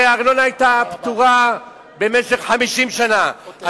הרי היה פטור מארנונה במשך 50 שנה.